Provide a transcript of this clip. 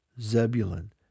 Zebulun